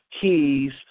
Keys